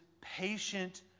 patient